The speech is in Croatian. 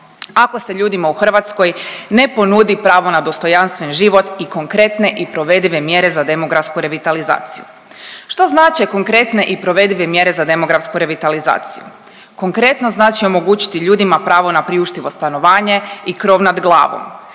ako se ljudima u Hrvatskoj ne ponudi pravo na dostojanstven život i konkretne i provedive mjere za demografsku revitalizaciju. Što znače konkretne i provedive mjere za demografsku revitalizaciju? Konkretno znači omogućiti ljudima pravo na priuštivo stanovanje i krov nad glavom,